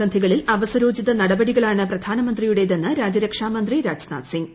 പ്രതിസന്ധികളിൽ ് അപ്പസരോചിത നടപടികളാണ് ന് പ്രധാനമന്ത്രിയുടേത്തെന്ന് രാജ്യരക്ഷാ മന്ത്രി രാജ്നാഥ് സിംഗ്